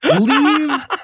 Leave